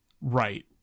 right